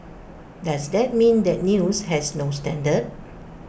does that mean that news has no standard